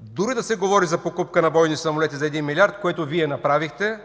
дори да се говори за покупка на бойни самолети за 1 милиард, което Вие направихте